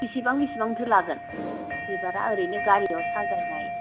बिसिबां बिसबां थो लागोन बिबारा ओरैनो गारियाव साजायनाय